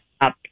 up